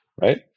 right